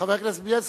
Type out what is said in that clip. חבר הכנסת בילסקי,